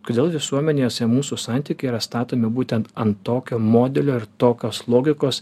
kodėl visuomenėse mūsų santykiai yra statomi būtent ant tokio modelio ir tokios logikos